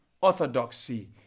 orthodoxy